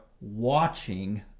watching